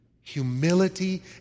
Humility